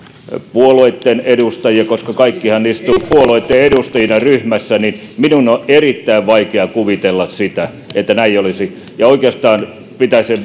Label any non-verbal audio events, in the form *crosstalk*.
puolueitten edustajia kaikkihan istuvat puolueitten edustajina ryhmässä niin minun on erittäin vaikea kuvitella sitä että näin olisi ja oikeastaan pitäisin *unintelligible*